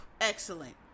excellent